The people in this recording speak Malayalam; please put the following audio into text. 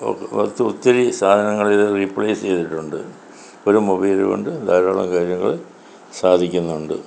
ഓ ഒത്തിരി സാധനങ്ങൾ ഇത് റീപ്ലേസ് ചെയ്തിട്ടുണ്ട് ഒരു മൊബൈല് കൊണ്ട് ധാരാളം കാര്യങ്ങൾ സാധിക്കുന്നുണ്ട്